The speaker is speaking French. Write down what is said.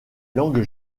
langue